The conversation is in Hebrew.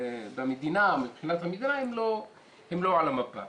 שבמדינה מבחינת המדינה הם לא על המפה.